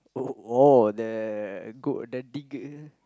oh oh the go the digger